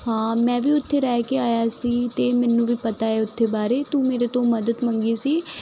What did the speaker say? ਹਾਂ ਮੈਂ ਵੀ ਉੱਥੇ ਰਹਿ ਕੇ ਆਇਆ ਸੀ ਅਤੇ ਮੈਨੂੰ ਵੀ ਪਤਾ ਹੈ ਉੱਥੇ ਬਾਰੇ ਤੂੰ ਮੇਰੇ ਤੋਂ ਮਦਦ ਮੰਗੀ ਸੀ